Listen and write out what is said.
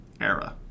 era